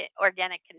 organic